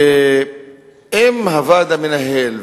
ואם הוועד המנהל,